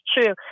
true